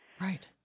Right